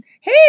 hey